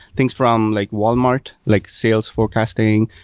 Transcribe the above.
things from like walmart, like sales forecasting.